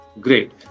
great